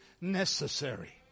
necessary